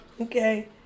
Okay